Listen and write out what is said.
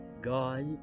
God